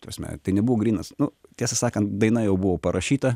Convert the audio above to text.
ta prasme tai nebuvo grynas nu tiesą sakant daina jau buvo parašyta